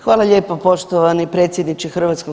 Hvala lijepo poštovani predsjedniče HS.